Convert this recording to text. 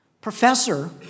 Professor